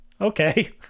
okay